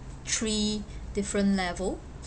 three different levels